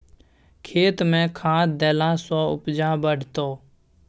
खेतमे खाद देलासँ उपजा बढ़तौ